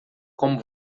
como